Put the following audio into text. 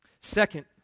Second